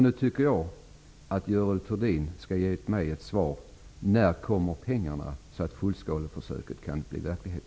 Nu tycker jag att Görel Thurdin skall ge mig ett svar på frågan: När kommer pengarna, så att fullskaleförsöket kan bli verklighet?